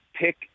pick